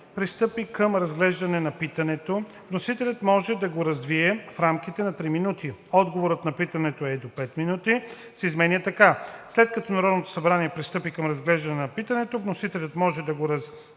пристъпи към разглеждане на питането, вносителят може да го развие в рамките на 3 минути. Отговорът на питането е до 5 минути.“, се изменя така: „След като Народното събрание пристъпи към разглеждане на питането, вносителят може да го развие